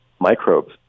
microbes